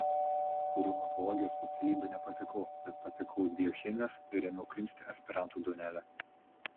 į reumatologijos specialybę nepatekau bet patekau į biochemijos ir ėmiau krimsti aspiranto duonelę